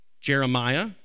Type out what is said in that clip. Jeremiah